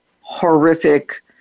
horrific